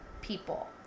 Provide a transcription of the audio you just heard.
people